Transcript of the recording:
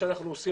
קודם כל,